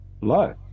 Low